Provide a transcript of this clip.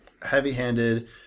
heavy-handed